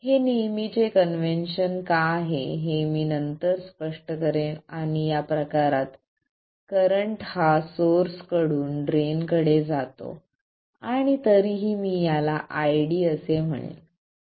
हे नेहमीचे कन्व्हेन्शन का आहे हे मी नंतर स्पष्ट करेन आणि या प्रकारात करंट हा सोर्स कडून ड्रेन कडे जातो आणि तरीही मी याला ID असे म्हणेल